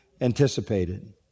anticipated